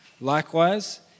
Likewise